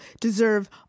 deserve